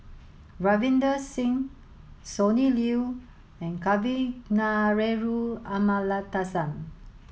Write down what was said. Ravinder Singh Sonny Liew and Kavignareru Amallathasan